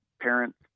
parents